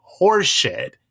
horseshit